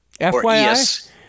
FYI